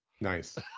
Nice